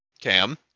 Cam